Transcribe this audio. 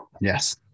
Yes